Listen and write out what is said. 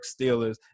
Steelers